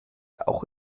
auch